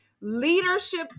leadership